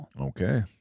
Okay